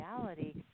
reality